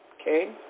Okay